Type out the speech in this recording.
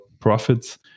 profits